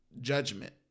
judgment